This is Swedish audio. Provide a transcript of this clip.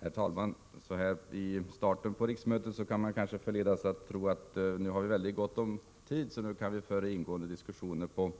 Herr talman! Så här i starten på riksmötet kan man kanske förledas tro att vi har mycket gott om tid och kan föra ingående diskussioner om